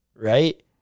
Right